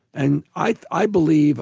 and i believe